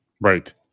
Right